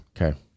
Okay